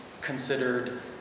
considered